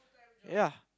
ya